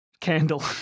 candle